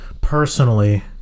personally